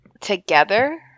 together